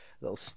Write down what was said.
little